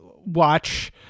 Watch